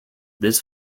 this